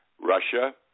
Russia